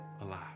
alive